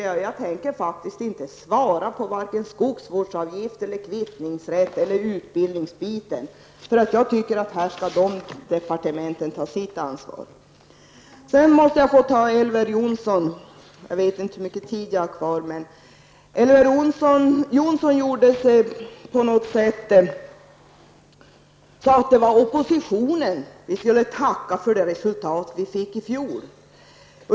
Jag tänker faktiskt inte svara på frågor om vare sig skogsvårdsavgifter, kvittningsrätt eller utbildning. Jag tycker att departementen skall ta ansvar för detta. Elver Jonsson sade att vi skulle tacka oppositionen för det resultat som vi fick i fjol.